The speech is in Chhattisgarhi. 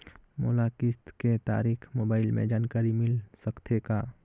मोला किस्त के तारिक मोबाइल मे जानकारी मिल सकथे का?